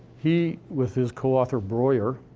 he, with his co-author breuer,